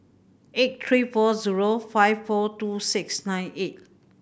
eight three four zero five four two six nine eight